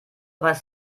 weiß